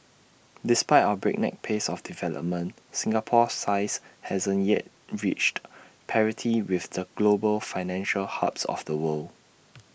despite our breakneck pace of development Singapore's size hasn't yet reached parity with the global financial hubs of the world